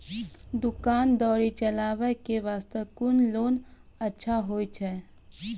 दुकान दौरी चलाबे के बास्ते कुन लोन अच्छा होय छै?